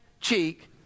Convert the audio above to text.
cheek